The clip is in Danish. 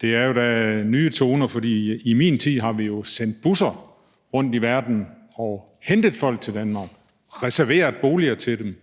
Det er da nye toner, fordi i min tid har vi jo sendt busser rundt i verden og hentet folk til Danmark, reserveret boliger til dem,